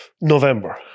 November